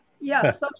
yes